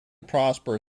prosper